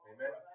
Amen